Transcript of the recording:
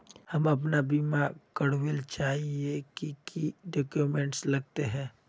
हम अपन बीमा करावेल चाहिए की की डक्यूमेंट्स लगते है?